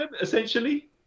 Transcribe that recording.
essentially